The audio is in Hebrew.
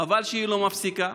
חבל שהיא לא מפסיקה,